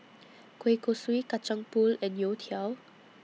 Kueh Kosui Kacang Pool and Youtiao